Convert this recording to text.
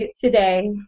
today